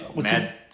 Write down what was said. mad